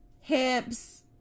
Hips